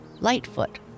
Lightfoot